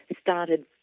started